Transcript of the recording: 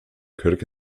kirk